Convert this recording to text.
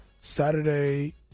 Saturday